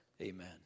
Amen